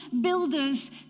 builders